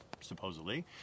supposedly